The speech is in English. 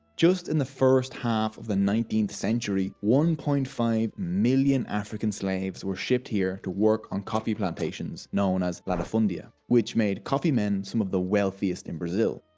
just in the first half of the nineteenth century one point five million african slaves were shipped here to work on coffee plantations, known as latifundia. which made coffee men some of the wealthiest in brasil.